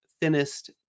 thinnest